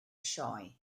sioe